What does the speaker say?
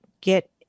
get